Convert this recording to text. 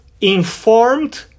informed